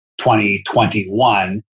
2021